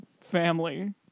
family